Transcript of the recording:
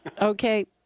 Okay